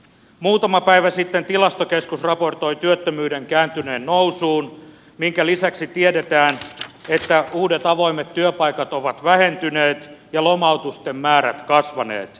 muutama päivä sitten tilastokeskus raportoi työttömyyden kääntyneen nousuun minkä lisäksi tiedetään että uudet avoimet työpaikat ovat vähentyneet ja lomautusten määrät kasvaneet